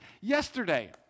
Yesterday